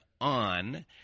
on